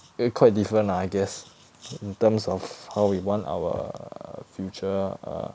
eh quite different lah I guess in terms of how we want our err future err